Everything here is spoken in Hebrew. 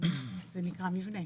זה נקרא מבנה.